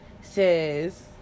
says